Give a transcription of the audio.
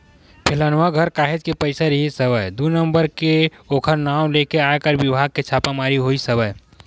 फेलनवा घर काहेच के पइसा रिहिस हवय दू नंबर के ओखर नांव लेके आयकर बिभाग के छापामारी होइस हवय